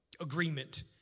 agreement